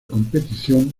competición